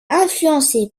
influencé